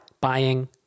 buying